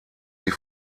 sie